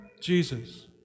Jesus